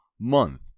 month